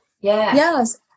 yes